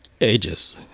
ages